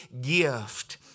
gift